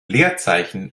leerzeichen